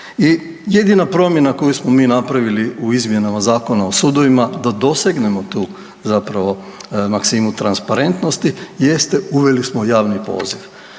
jedina promjena koju smo mi napravili u izmjenama Zakona o sudovima da dosegnemo tu zapravo maksimu transparentnosti jeste uveli smo javni poziv.